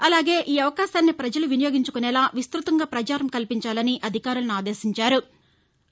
అలాగే ఈ అవకాశాన్ని ప్రజలు వినియోగించుకునేలా విస్తృతంగా ప్రచారం కల్పించాలని అధికారులసు ఆదేశించారు